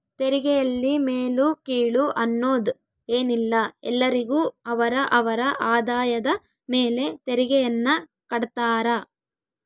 ತೆರಿಗೆಯಲ್ಲಿ ಮೇಲು ಕೀಳು ಅನ್ನೋದ್ ಏನಿಲ್ಲ ಎಲ್ಲರಿಗು ಅವರ ಅವರ ಆದಾಯದ ಮೇಲೆ ತೆರಿಗೆಯನ್ನ ಕಡ್ತಾರ